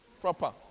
proper